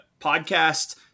podcast